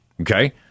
okay